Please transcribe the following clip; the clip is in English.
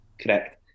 Correct